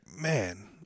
man